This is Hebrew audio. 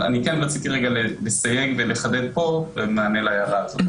אני כן רציתי רגע לסייג ולחדד פה במענה להערה הזאת.